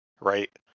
right